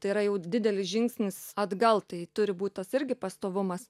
tai yra jau didelis žingsnis atgal tai turi būt tas irgi pastovumas